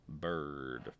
Bird